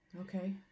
Okay